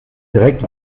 direkt